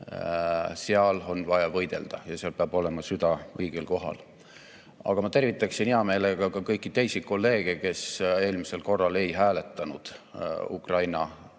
Seal on vaja võidelda ja seal peab olema süda õigel kohal. Aga ma tervitaksin hea meelega ka kõiki teisi kolleege, kes eelmisel korral ei hääletanud Ukraina